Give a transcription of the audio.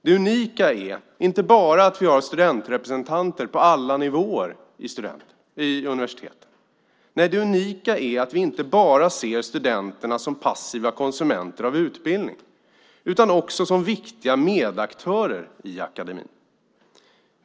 Det unika är inte bara att vi har studentrepresentanter på alla nivåer på universiteten. Nej, det unika är också att vi inte bara ser studenterna som passiva konsumenter av utbildning utan också som viktiga medaktörer i akademin.